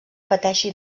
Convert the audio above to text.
pateixi